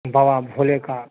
बाबा भोले का